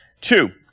Two